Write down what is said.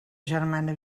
germana